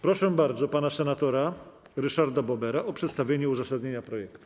Proszę bardzo pana senatora Ryszarda Bobera o przedstawienie uzasadnienia projektu.